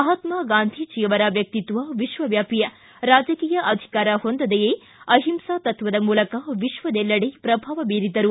ಮಹಾತ್ಮಾ ಗಾಂಧಿ ಅವರ ವ್ಯಕ್ತಿತ್ವ ವಿಶ್ವವ್ಯಾಪಿ ರಾಜಕೀಯ ಅಧಿಕಾರ ಹೊಂದದೆಯೇ ಅಹಿಂಸಾ ತತ್ವದ ಮೂಲಕ ವಿಕ್ವದಲ್ಲೆಡೆ ಪ್ರಭಾವ ಬೀರಿದ್ದರು